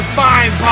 fine